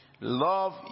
Love